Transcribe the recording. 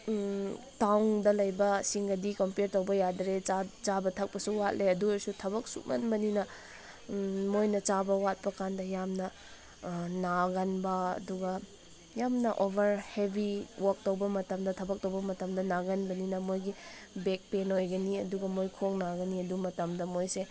ꯇꯥꯎꯟꯗ ꯂꯩꯕ ꯁꯤꯡꯒꯗꯤ ꯀꯣꯝꯄꯦꯌꯔ ꯇꯧꯕ ꯌꯥꯗ꯭ꯔꯦ ꯆꯥꯕ ꯊꯛꯄꯁꯨ ꯋꯥꯠꯂꯦ ꯑꯗꯨ ꯑꯣꯏꯔꯁꯨ ꯊꯕꯛ ꯁꯨꯃꯟꯕꯅꯤꯅ ꯃꯣꯏꯅ ꯆꯥꯕ ꯌꯥꯠꯄ ꯀꯥꯟꯗ ꯌꯥꯝꯅ ꯅꯥꯒꯟꯕ ꯑꯗꯨꯒ ꯌꯥꯝꯅ ꯑꯣꯚꯔ ꯍꯦꯚꯤ ꯋꯔꯛ ꯇꯧꯕ ꯃꯇꯝꯗ ꯊꯕꯛ ꯇꯧꯕ ꯃꯇꯝꯗ ꯅꯥꯒꯟꯕꯅꯤꯅ ꯃꯣꯏꯒꯤ ꯕꯦꯛ ꯄꯦꯟ ꯑꯣꯏꯒꯅꯤ ꯑꯗꯨꯒ ꯃꯣꯏ ꯈꯣꯡ ꯅꯥꯒꯅꯤ ꯑꯗꯨ ꯃꯇꯝꯗ ꯃꯣꯏꯁꯦ